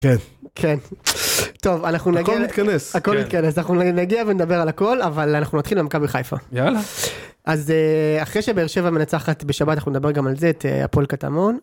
כן. טוב, אנחנו נגיע... הכל מתכנס. הכל מתכנס, אנחנו נגיע ונדבר על הכל, אבל אנחנו נתחיל במכבי חיפה. יאללה. אז אחרי שבאר שבע מנצחת בשבת, אנחנו נדבר גם על זה, את הפועל קטמון.